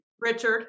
Richard